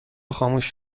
خاموش